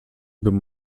bym